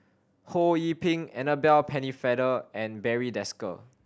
Ho Yee Ping Annabel Pennefather and Barry Desker